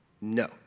No